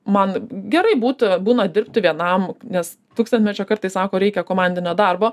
man gerai būti būna dirbti vienam nes tūkstantmečio kartai sako reikia komandinio darbo